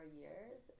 years